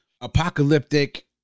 apocalyptic